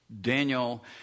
Daniel